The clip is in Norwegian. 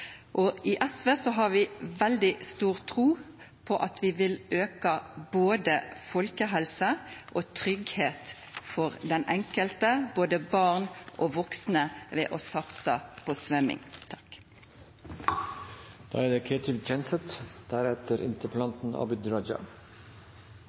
I SV har vi veldig stor tro på at vi vil bedre både folkehelsen og tryggheten for den enkelte, både barn og voksne, ved å satse på svømming.